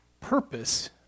purpose